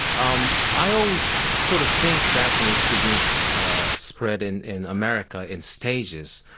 um i always sort of think japanese cuisine spread in in america in stages.